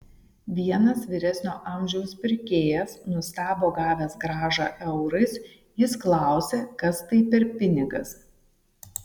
vienas vyresnio amžiaus pirkėjas nustebo gavęs grąžą eurais jis klausė kas tai per pinigas